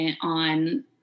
on